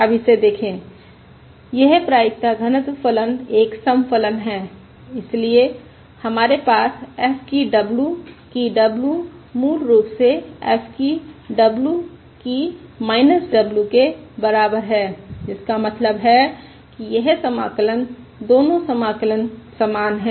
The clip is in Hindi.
अब इसे देखें यह प्रायिकता घनत्व फलन एक सम फलन है इसलिए हमारे पास f की w की w मूल रूप से f की w की w के बराबर है जिसका मतलब है कि यह समाकलन दोनों समाकलन समान हैं